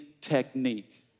technique